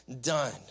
done